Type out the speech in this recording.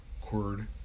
cord